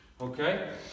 okay